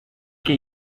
que